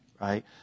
right